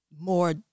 more